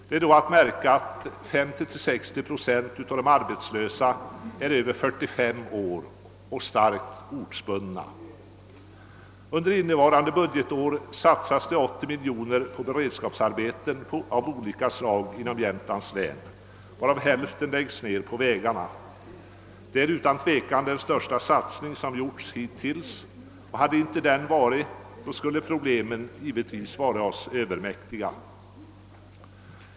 Det är att märka att 50—60 procent av de arbetslösa är över 45 år och starkt ortsbundna. Under innevarande budgetår satsas det 80 miljoner på beredskapsarbeten av olika slag inom Jämtlands län, varav hälften läggs ner på vägarna. Det är den största satsning som gjorts hittills. Hade inte den gjorts skulle problemen varit oss övermäktiga.